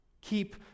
Keep